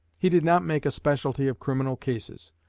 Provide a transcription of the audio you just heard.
he did not make a specialty of criminal cases,